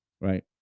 right